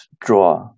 draw